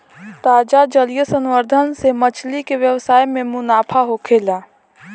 ताजा जलीय संवर्धन से मछली के व्यवसाय में मुनाफा होखेला